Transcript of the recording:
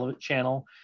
channel